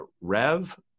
Rev